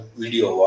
video